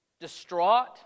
distraught